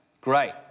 Great